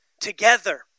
together